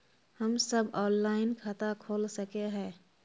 हम सब ऑनलाइन खाता खोल सके है?